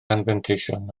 anfanteision